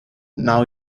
now